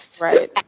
Right